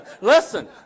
listen